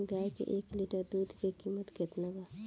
गाए के एक लीटर दूध के कीमत केतना बा?